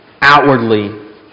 outwardly